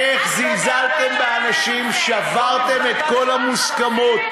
איך זלזלתם באנשים, שברתם את כל המוסכמות,